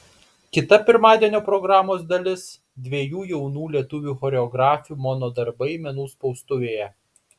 kita pirmadienio programos dalis dviejų jaunų lietuvių choreografių mono darbai menų spaustuvėje